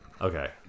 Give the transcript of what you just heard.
okay